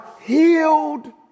healed